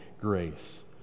grace